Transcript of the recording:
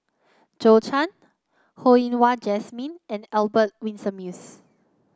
Zhou Can Ho Yen Wah Jesmine and Albert Winsemius